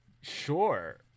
Sure